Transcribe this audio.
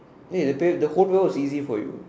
wait the paper the whole paper was easy for you